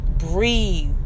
Breathe